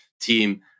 team